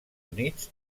units